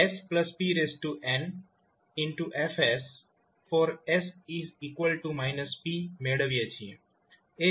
તો આપણે kn 1ddsspn F| s p મેળવીએ છીએ